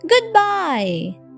Goodbye